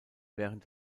während